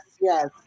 yes